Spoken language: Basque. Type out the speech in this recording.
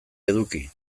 eduki